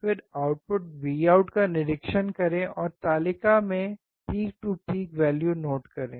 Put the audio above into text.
फिर output Vout का निरीक्षण करें और तालिका में peak to peak value note करें